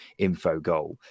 InfoGoal